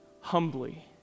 humbly